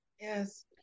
yes